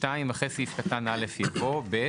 ; (2) אחרי סעיף קטן (א) יבוא: "(ב)